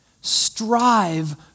Strive